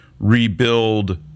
rebuild